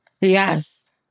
Yes